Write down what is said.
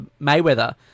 Mayweather